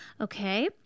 okay